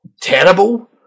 terrible